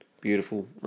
beautiful